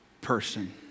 person